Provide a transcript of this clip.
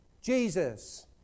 Jesus